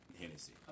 Hennessy